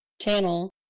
channel